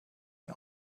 mir